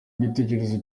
igitekerezo